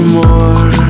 more